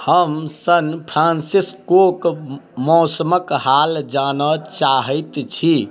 हम सान फ्रांसिसकोके मौसमक हाल जानऽ चाहैत छी